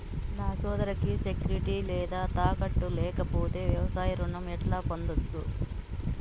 నా సోదరికి సెక్యూరిటీ లేదా తాకట్టు లేకపోతే వ్యవసాయ రుణం ఎట్లా పొందచ్చు?